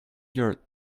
your